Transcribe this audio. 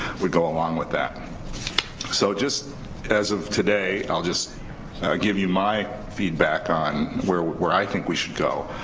would go along with that so just as of today i'll just give you my feedback on where where i think we should go,